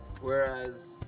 whereas